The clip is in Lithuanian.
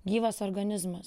gyvas organizmas